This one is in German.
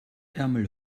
ärmel